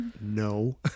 No